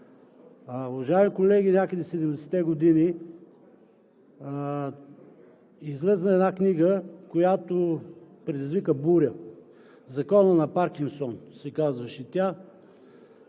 Уважаеми колеги, някъде през 70-те години излезе една книга, която предизвика буря – „Законът на Паркинсон“ се казваше тя,